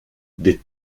des